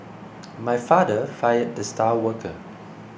my father fired the star worker